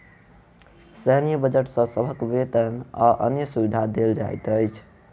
सैन्य बजट सॅ सभक वेतन आ अन्य सुविधा देल जाइत अछि